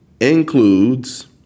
includes